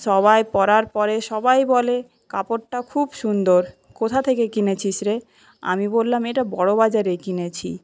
সবাই পরার পরে সবাই বলে কাপড়টা খুব সুন্দর কোথা থেকে কিনেছিস রে আমি বললাম এটা বড়বাজারে কিনেছি